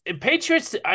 Patriots